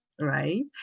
right